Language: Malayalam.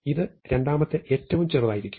ഇത് രണ്ടാമത്തെ ഏറ്റവും ചെറുതായിരിക്കും